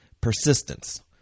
Persistence